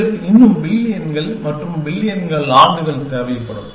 எங்களுக்கு இன்னும் பில்லியன் மற்றும் பில்லியன் ஆண்டுகள் தேவைப்படும்